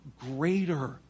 greater